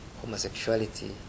homosexuality